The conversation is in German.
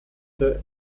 der